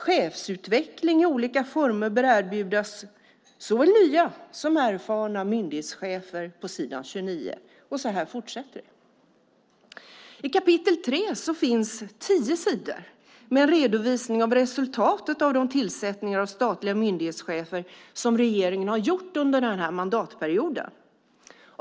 "Chefsutveckling i olika former bör erbjudas såväl nya som erfarna myndighetschefer", står det på s. 29. Så här fortsätter det. I kap. 3 finns tio sidor med redovisning av resultatet av de tillsättningar av statliga myndighetschefer som regeringen har gjort under mandatperioden.